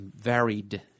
varied –